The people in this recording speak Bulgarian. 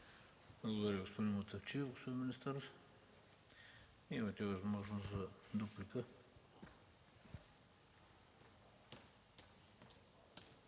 Благодаря, господин Мутафчиев. Господин министър, имате възможност за дуплика.